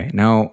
now